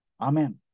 Amen